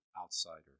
outsider